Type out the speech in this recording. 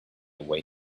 await